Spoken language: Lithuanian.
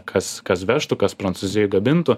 kas kas vežtų kas prancūzijoj gamintų